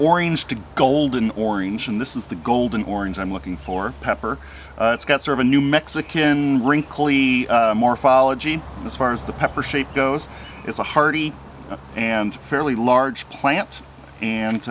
orange to golden orange and this is the golden orange i'm looking for pepper it's got serve a new mexican wrinkly morphology as far as the pepper shape goes it's a hearty and fairly large plant and